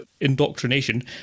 indoctrination